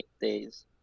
days